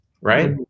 Right